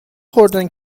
خوردن